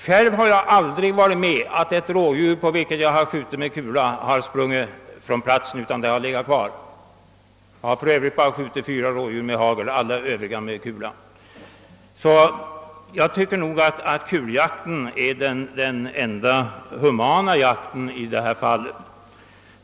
Själv har jag aldrig varit med om att ett rådjur på vilket jag skjutit med kula har sprungit från platsen, utan det har legat kvar. Jag har för övrigt bara skjutit fyra rådjur med hagel — alla andra med kula. För min del anser jag därför att kuljakten är det enda humana tillvägagångssättet i detta fall.